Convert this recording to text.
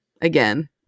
Again